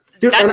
Dude